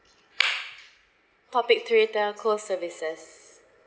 topic three telco services